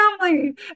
family